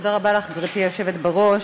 תודה רבה לך, גברתי היושבת בראש,